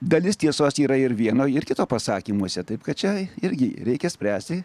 dalis tiesos yra ir vieno ir kito pasakymuose taip kad čia irgi reikia spręsti